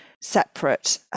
separate